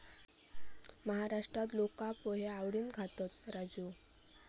महाराष्ट्रात लोका पोहे आवडीन खातत, राजू